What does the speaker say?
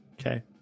Okay